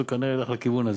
אז הוא כנראה ילך לכיוון הזה.